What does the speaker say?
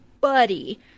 buddy